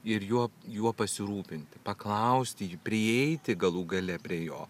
ir juo juo pasirūpinti paklausti jį prieiti galų gale prie jo